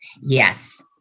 Yes